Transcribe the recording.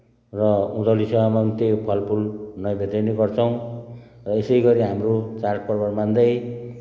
र उँधौली सेवाम पनिम् त्यही हो फलफुल नैवेदले नै गर्छौँ र यसै गरी हाम्रो चाडपर्व मान्दै